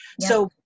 So-